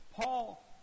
paul